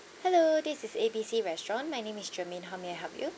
hello this is A B C restaurant my name is shermaine how may I help you